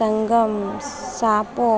सङ्गम सातो